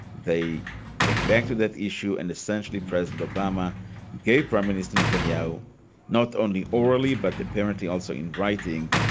they came back to that issue and essentially president obama gave prime minister netanyahu not only orally but apparently also in writing,